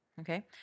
okay